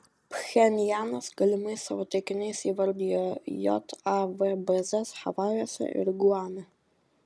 pchenjanas galimais savo taikiniais įvardijo jav bazes havajuose ir guame